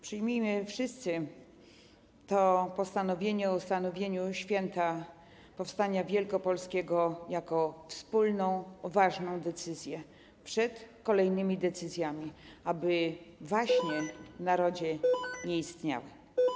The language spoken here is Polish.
Przyjmijmy wszyscy to postanowienie o ustanowieniu święta powstania wielkopolskiego jako wspólną ważną decyzję przed kolejnymi decyzjami, aby waśnie w narodzie nie istniały.